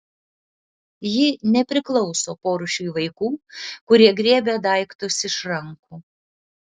ji nepriklauso porūšiui vaikų kurie griebia daiktus iš rankų